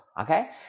okay